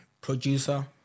producer